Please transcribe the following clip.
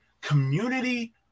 community